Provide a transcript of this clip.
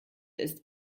ist